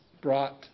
brought